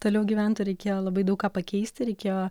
toliau gyventų reikėjo labai daug ką pakeisti reikėjo